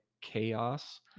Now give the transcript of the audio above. chaos